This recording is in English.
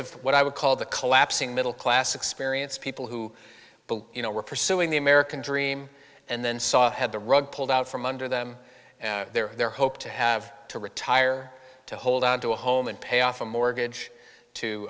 of what i would call the collapsing middle class experience people who bill you know were pursuing the american dream and then saw had the rug pulled out from under them their their hope to have to retire to hold onto a home and pay off a mortgage to